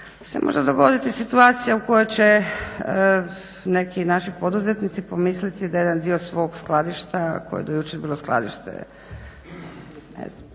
se možda dogoditi situacija u kojoj će neki naši poduzetnici pomisliti da jedan dio svog skladišta koje je do jučer bilo skladište ne znam